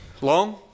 long